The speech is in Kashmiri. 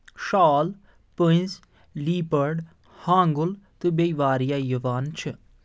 شال پٔنٛزۍ لیٖپڈ ہانٛگُل تہٕ بیٚیہِ واریاہ یِوان چھِ